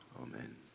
Amen